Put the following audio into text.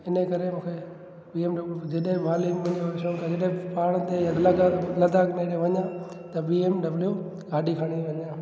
इन करे मूंखे बी एम डब्ल्यू जॾे बि हाली में मुखे वञणो पहाड़ ते या लद्दाख़ में हिते वञा त बी एम डब्ल्यू गाॾी खणी वञा